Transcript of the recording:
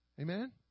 Amen